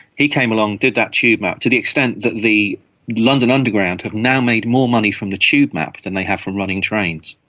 he came along, did that tube map to the extent that the london underground have now made more money from the tube map than they have from running trains.